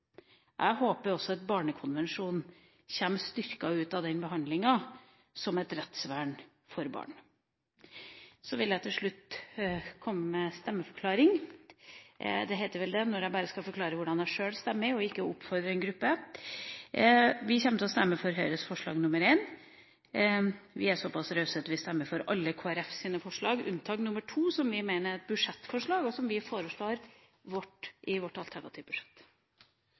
Jeg håper også at Barnekonvensjonen kommer styrket ut av denne behandlinga, som et rettsvern for barn. Så vil jeg til slutt komme med en stemmeforklaring – det heter vel det når jeg bare skal forklare hvordan jeg selv stemmer, og ikke oppfordre en gruppe! Vi kommer til å stemme for Høyres forslag nr. 1. Vi er såpass rause at vi stemmer for alle Kristelig Folkepartis forslag, unntatt nr. 2, som vi mener er et budsjettforslag, og som vi foreslår i vårt alternative budsjett.